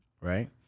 right